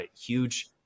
huge